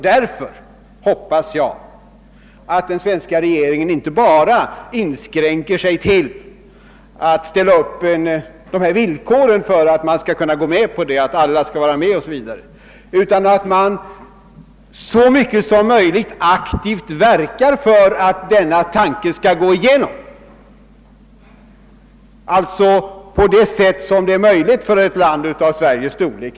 Därför hoppas jag att den svenska regeringen inte bara inskränker sig till att ställa upp villkoret att alla skall vara med o. s. v., utan att regeringen så mycket som möjligt aktivt verkar för att denna tanke skall gå igenom, i den mån så är möjligt för ett land av Sveriges storlek.